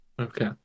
Okay